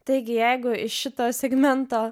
taigi jeigu iš šito segmento